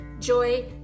joy